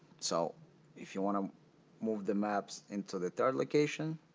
so if you want to move the maps into the third location.